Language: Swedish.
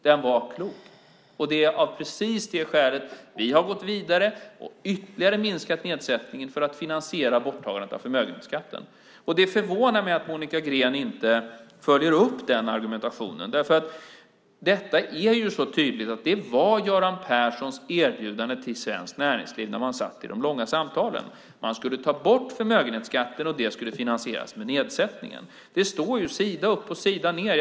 Den var klok. Det är av precis det skälet vi har gått vidare och ytterligare minskat nedsättningen för att finansiera borttagandet av förmögenhetsskatten. Det förvånar mig att Monica Green inte följer upp den argumentationen. Det är ju så tydligt att det var Göran Perssons erbjudande till Svenskt Näringsliv när man satt i de långa samtalen. Man skulle ta bort förmögenhetsskatten och det skulle finansieras med nedsättningen. Det står sida upp och sida ned.